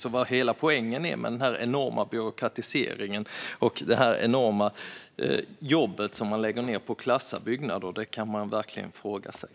Vad som är hela poängen med denna enorma byråkratisering och det enorma jobb som ska läggas ned på att klassa byggnader kan man verkligen fråga sig.